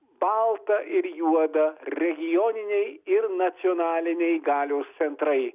balta ir juoda regioniniai ir nacionaliniai galios centrai